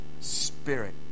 spirit